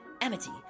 Amity